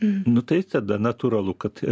nu tai tada natūralu kad